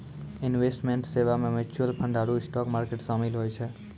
investment सेबा मे mutual fund आरु स्टाक मार्केट शामिल होय छै